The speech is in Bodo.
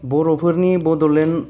बर'फोरनि बडलेण्ड